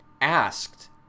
asked